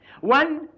One